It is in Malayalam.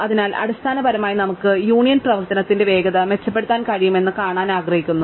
അതിനാൽ അടിസ്ഥാനപരമായി നമുക്ക് യൂണിയൻ പ്രവർത്തനത്തിന്റെ വേഗത മെച്ചപ്പെടുത്താൻ കഴിയുമെന്ന് കാണാൻ ആഗ്രഹിക്കുന്നു